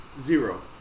Zero